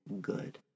good